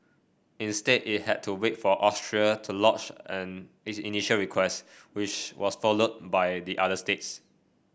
instead it had to wait for Austria to lodge an its initial request which was followed by the other states